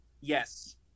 Yes